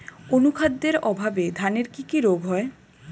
অনুখাদ্যের অভাবে ধানের কি কি রোগ হয়?